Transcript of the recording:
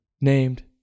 Named